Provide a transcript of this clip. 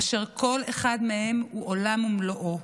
אשר כל אחד מהם הוא עולם ומלואו.